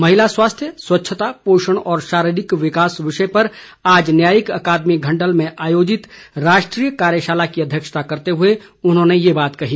महिला स्वास्थ्य स्वच्छता पोषण और शारीरिक विकास विषय पर आज न्यायिक अकादमी घण्डल में आयोजित राष्ट्रीय कार्यशाला की अध्यक्षता करते हुए उन्होंने ये बात कही